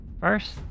first